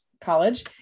college